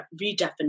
redefinition